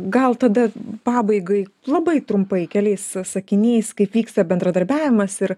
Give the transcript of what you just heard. gal tada pabaigai labai trumpai keliais sakiniais kaip vyksta bendradarbiavimas ir